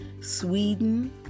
Sweden